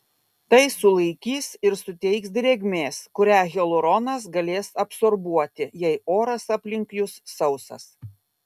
tai sulaikys ir suteiks drėgmės kurią hialuronas galės absorbuoti jei oras aplink jus sausas